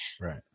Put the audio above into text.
Right